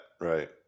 Right